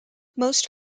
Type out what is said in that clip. most